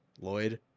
Lloyd